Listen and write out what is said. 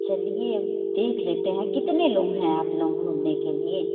चलिए अब देख लेते हैं कितने लोग हैं आप लोग घूमने के लिए